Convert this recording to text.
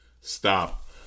Stop